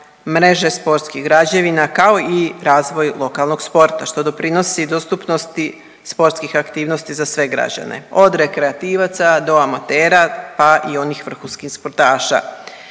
mreže sportskih građevina kao i razvoj lokalnog sporta što doprinosi dostupnosti sportskih aktivnosti za sve građane od rekreativaca do amatera pa i onih vrhunskih sportaša.